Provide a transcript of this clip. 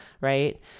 Right